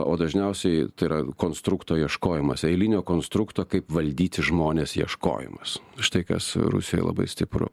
o dažniausiai tai yra konstrukto ieškojimas eilinio konstrukto kaip valdyti žmones ieškojimas štai kas rusijoj labai stipru